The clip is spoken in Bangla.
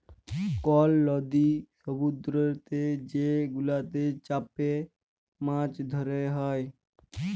কল লদি সমুদ্দুরেতে যে গুলাতে চ্যাপে মাছ ধ্যরা হ্যয়